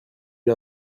est